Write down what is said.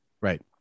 Right